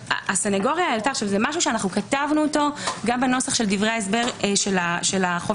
הסנגוריה העלתה זה משהו שכתבנו אותו גם בנוסח של דברי ההסבר של החוברת